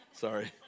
sorry